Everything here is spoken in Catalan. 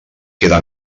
queda